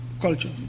culture